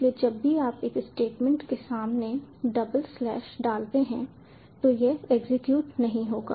इसलिए जब भी आप एक स्टेटमेंट के सामने डालते हैं तो यह एग्जीक्यूट नहीं होगा